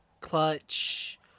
Clutch